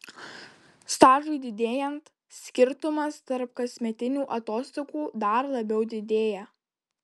stažui didėjant skirtumas tarp kasmetinių atostogų dar labiau didėja